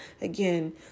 again